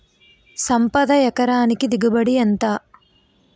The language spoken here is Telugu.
సంపద ఎకరానికి దిగుబడి ఎంత?